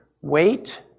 wait